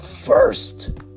first